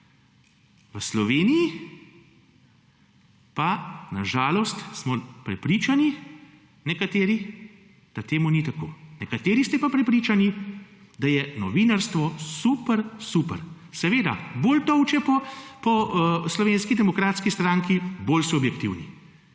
v Sloveniji pa na žalost smo prepričani nekateri, da temu ni tako. Nekateri ste pa prepričani, da je novinarstvo super, super. Seveda, bolj tolče po Slovenski demokratski stranki, bolj subjektivni.